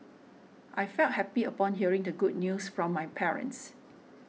I felt happy upon hearing the good news from my parents